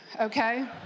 okay